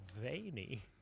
veiny